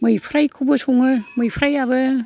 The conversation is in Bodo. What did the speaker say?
मैफ्रायखौबो सङो मैफ्रायाबो